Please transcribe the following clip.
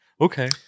okay